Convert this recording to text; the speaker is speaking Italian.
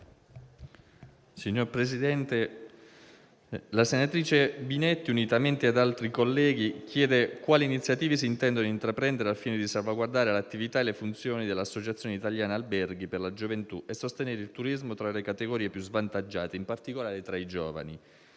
Signor Presidente, la senatrice Binetti, unitamente ad altri colleghi, chiede quali iniziative si intendano intraprendere al fine di salvaguardare le attività e le funzioni dell'Associazione italiana alberghi per la gioventù e sostenere il turismo tra le categorie più svantaggiate, in particolare tra i giovani.